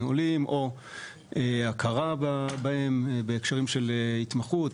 עולים או הכרה בהם בהקשרים של התמחות,